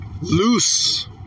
loose